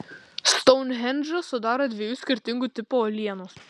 stounhendžą sudaro dviejų skirtingų tipų uolienos